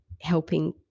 helping